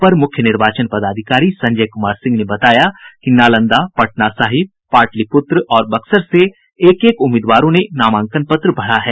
अपर मुख्य निर्वाचन पदाधिकारी संजय कुमार सिंह ने बताया कि नालंदा पटना साहिब पाटलिपुत्र और बक्सर से एक एक उम्मीदवार ने नामांकन पत्र भरा है